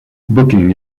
booking